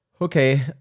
okay